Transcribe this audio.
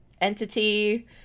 entity